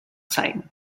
zeigen